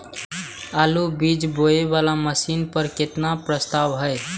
आलु बीज बोये वाला मशीन पर केतना के प्रस्ताव हय?